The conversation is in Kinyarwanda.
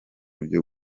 byo